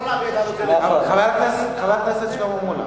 חבר הכנסת שלמה מולה,